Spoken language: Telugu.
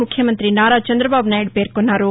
ముఖ్యమంతి నారా చందబాబునాయుడు పేర్కొన్నారు